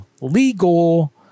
legal